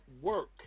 work